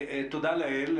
תודה לאל,